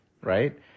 right